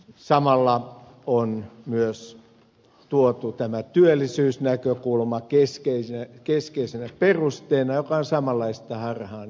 samalla on myös tuotu tämä työllisyysnäkökulma keskeisenä perusteena mikä on samanlaista harhaanjohtamista